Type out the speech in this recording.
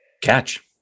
catch